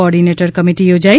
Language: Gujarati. ઓર્ડીનેટર કમીટી યોજાઇ